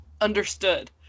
understood